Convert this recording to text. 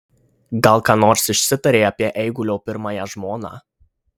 gal ką nors išsitarė apie eigulio pirmąją žmoną